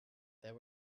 there